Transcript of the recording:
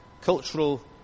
cultural